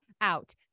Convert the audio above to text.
out